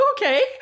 okay